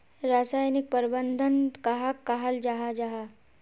रासायनिक प्रबंधन कहाक कहाल जाहा जाहा?